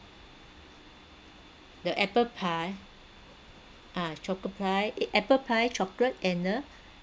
the apple pie ah chocolate pie eh apple pie chocolate and a